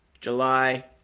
July